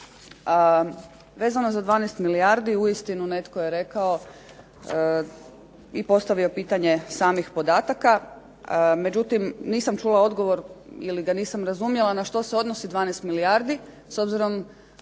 Vezano za 12 milijardi uistinu netko je rekao i postavio pitanje samih podataka, međutim, nisam čula odgovor ili nisam razumjela na što se odnosi tih 12 milijardi, s obzirom